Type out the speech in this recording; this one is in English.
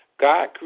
God